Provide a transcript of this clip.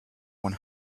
one